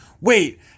wait